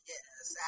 Yes